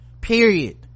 period